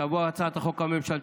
תבוא הצעת החוק הממשלתית,